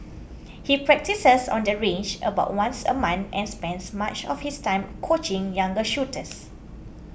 he practises on the range about once a month and spends much of his time coaching younger shooters